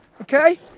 okay